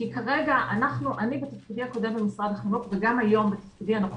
אני בתפקידי הקודם במשרד החינוך וגם היום בתפקידי הנוכחית,